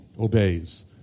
obeys